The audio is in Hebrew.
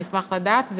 אני אשמח לדעת.